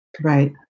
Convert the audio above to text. Right